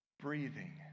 breathing